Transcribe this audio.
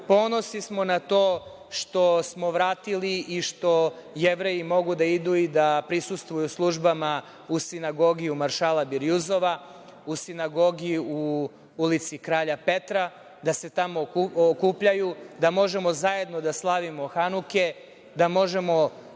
Ponosni smo na to što smo vratili i što Jevreji mogu da idu i da prisustvuju službama u sinagogi u Maršala Birjuzova, u sinagogi u ulici Kralja Petra, da se tamo okupljaju, da možemo zajedno da slavimo Hanuke, da možemo